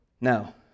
Now